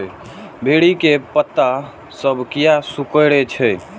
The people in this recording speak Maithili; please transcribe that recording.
भिंडी के पत्ता सब किया सुकूरे छे?